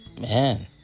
man